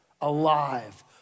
alive